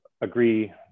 agree